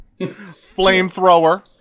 Flamethrower